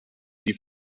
die